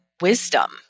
wisdom